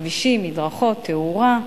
כבישים, מדרכות, תאורה,